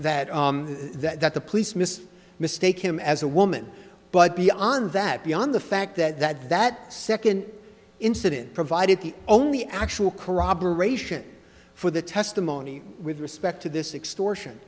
that the that that the police miss mistake him as a woman but beyond that beyond the fact that that second incident provided the only actual corroboration for the testimony with respect to this extortion